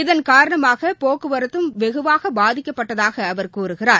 இதன் காரணமாகபோக்குவரத்தும் வெகுவாகபாதிக்கப்பட்டதாகஅவர் கூறுகிறார்